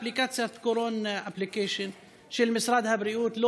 אפליקציית קורונה של משרד הבריאות לא